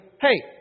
hey